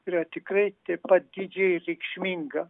yra tikrai taip pat didžiai reikšminga